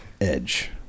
edge